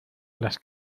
las